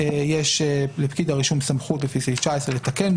יש לפקיד הרישום סמכות לפי סעיף 19 לתקן,